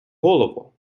голово